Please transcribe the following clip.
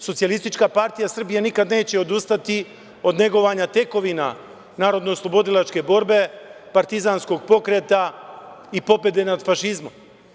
Socijalistička partija Srbije nikada neće odustati od negovanja tekovina narodnooslobodilačke borbe, partizanskog pokreta i pobede nad fašizmom.